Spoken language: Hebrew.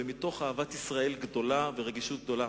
ומתוך אהבת ישראל גדולה ורגישות גדולה.